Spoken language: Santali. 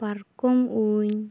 ᱯᱟᱨᱠᱚᱢ ᱩᱧ